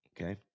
Okay